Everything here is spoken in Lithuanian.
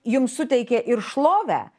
jums suteikė ir šlovę